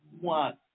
one